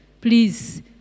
Please